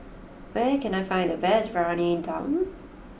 where can I find the best Briyani Dum